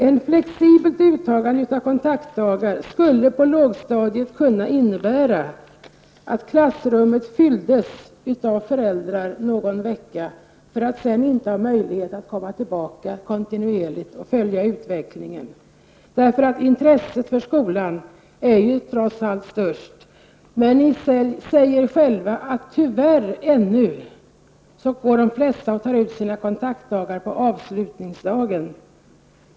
Ett flexibelt uttagande av kontaktdagar skulle kunna innebära att klassrummet någon vecka på lågstadiet fylldes av föräldrar, som sedan inte hade möjlighet att kontinuerligt komma tillbaka och följa utvecklingen. Ni säger ju själva att de flesta fortfarande tyvärr tar ut sina kontaktdagar på avslutningsdagen.